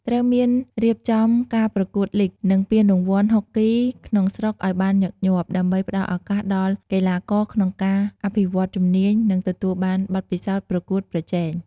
ត្រូវមានរៀបចំការប្រកួតលីគ និងពានរង្វាន់ហុកគីក្នុងស្រុកឱ្យបានញឹកញាប់ ដើម្បីផ្តល់ឱកាសដល់កីឡាករក្នុងការអភិវឌ្ឍជំនាញ និងទទួលបានបទពិសោធន៍ប្រកួតប្រជែង។